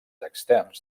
externs